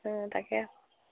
অঁ তাকে